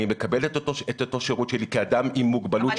אני מקבל את אותו שירות שלי כאדם עם מוגבלות שזקוק לשירות ספציפי.